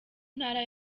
ntara